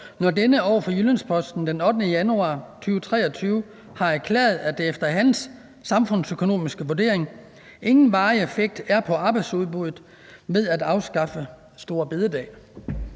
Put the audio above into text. når denne over for Jyllands-Posten den 8. januar 2023 har erklæret, at der efter hans samfundsøkonomiske vurdering ingen varig effekt er på arbejdsudbuddet ved at afskaffe store bededag?